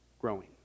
growing